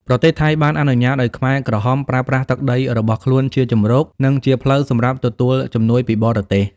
ប្រទេសថៃបានអនុញ្ញាតឱ្យខ្មែរក្រហមប្រើប្រាស់ទឹកដីរបស់ខ្លួនជាជម្រក និងជាផ្លូវសម្រាប់ទទួលជំនួយពីបរទេស។